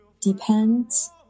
Depends